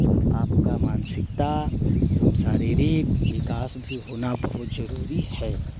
आपका मानसिकता एवं शारीरिक विकास भी होना बहुत जरूरी है